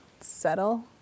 settle